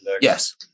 Yes